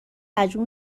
مجبور